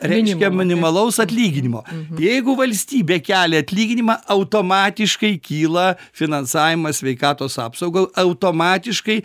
reiškia minimalaus atlyginimo jeigu valstybė kelia atlyginimą automatiškai kyla finansavimas sveikatos apsaugai automatiškai